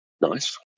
nice